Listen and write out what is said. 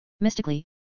Mystically